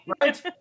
Right